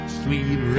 sweet